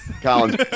Colin